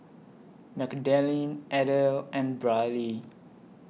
Magdalene Adelle and Brylee